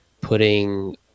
putting